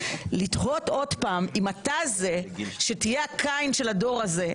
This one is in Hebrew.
לתהות עוד פעם אם אתה זה שתהיה הקין של הדור הזה.